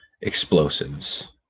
explosives